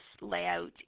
layout